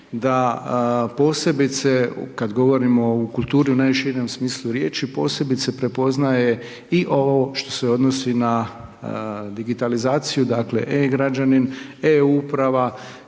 da posebice, kad govorimo o kulturi o najširem smislu riječi, posebice prepoznaje i ovo što se odnosi na digitalizaciju, dakle e-Građanin, e-Uprava,